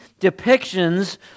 depictions